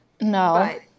No